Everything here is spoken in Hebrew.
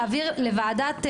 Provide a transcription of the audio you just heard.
להעביר לוועדת חוקה,